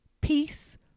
peace